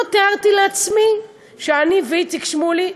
לא תיארתי לעצמי שחבר הכנסת שמולי ואני,